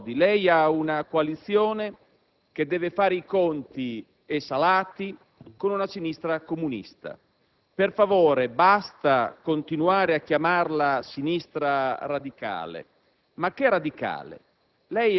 Vede, onorevole Prodi, lei ha una coalizione che deve fare i conti - e salati - con una sinistra comunista. Per favore, basta continuare a chiamarla sinistra radicale: